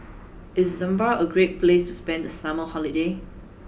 is Zambia a great place to spend the summer holiday